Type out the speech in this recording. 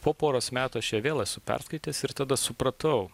po poros metų aš ją vėl esu perskaitęs ir tada supratau